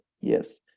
yes